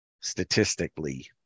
statistically